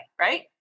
right